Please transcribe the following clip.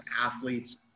athletes